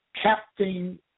Captain